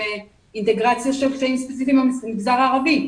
אינטגרציה של -- -ספציפיים במגזר הערבי.